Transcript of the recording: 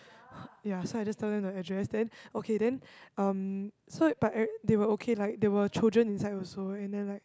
ya so I just told them the address then okay then um so but ever~ but they were okay like there were children inside also and they are like